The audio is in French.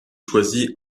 choisi